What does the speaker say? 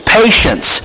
patience